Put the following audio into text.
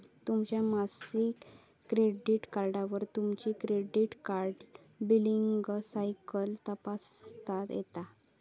तुमच्या मासिक क्रेडिट कार्डवर तुमची क्रेडिट कार्ड बिलींग सायकल तपासता येता